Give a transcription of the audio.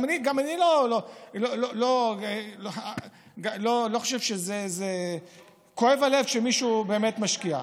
גם אני לא חושב שזה, כואב הלב שמישהו באמת משקיע.